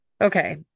Okay